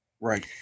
right